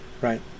right